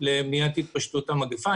למניעת התפשטות המגפה.